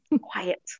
Quiet